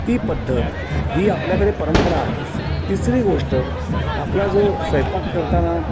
ती पद्धत ही आपल्याकडे परंपरा आहेच तिसरी गोष्ट आपला जो स्वयंपाक करताना